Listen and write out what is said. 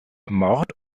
mord